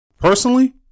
Personally